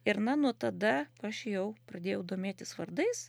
ir na nuo tada aš jau pradėjau domėtis vardais